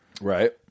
Right